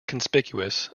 conspicuous